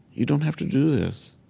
you don't have to do this,